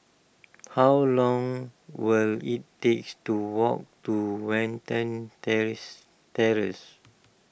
how long will it takes to walk to Watten Terrace Terrace